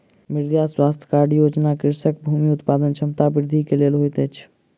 मृदा स्वास्थ्य कार्ड योजना कृषकक भूमि उत्पादन क्षमता वृद्धि के लेल होइत अछि